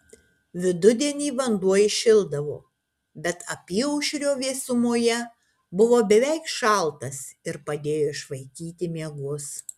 vidudienį vanduo įšildavo bet apyaušrio vėsumoje buvo beveik šaltas ir padėjo išvaikyti miegus